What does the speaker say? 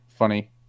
Funny